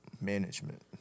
management